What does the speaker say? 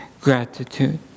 gratitude